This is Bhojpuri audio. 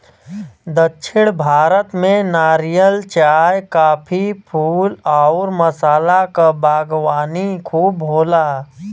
दक्षिण भारत में नारियल, चाय, काफी, फूल आउर मसाला क बागवानी खूब होला